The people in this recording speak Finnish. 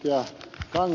kuten ed